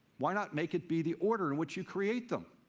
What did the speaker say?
why not make it be the order in which you create them?